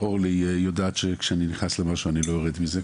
אורלי יודעת שכשאני נכנס למשהו אני לא יורד מזה,